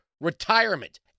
retirement